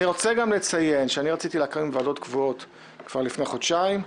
אני רוצה גם לציין שאני רציתי להקים ועדות קבועות כבר לפני חודשיים.